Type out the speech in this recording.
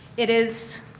it. is